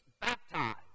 baptized